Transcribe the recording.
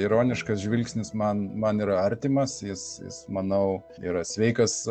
ironiškas žvilgsnis man man yra artimas jis jis manau yra sveikas